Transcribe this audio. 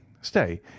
stay